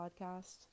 podcast